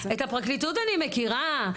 את הפרקליטות אני מכירה,